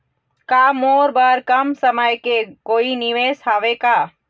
का मोर बर कम समय के कोई निवेश हावे का?